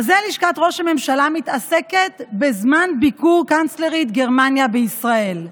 בזה לשכת ראש הממשלה מתעסקת בזמן ביקור קנצלרית גרמניה בישראל.